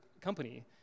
company